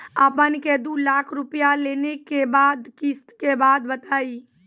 आपन ने दू लाख रुपिया लेने के बाद किस्त के बात बतायी?